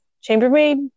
chambermaid